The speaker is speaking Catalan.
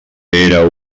era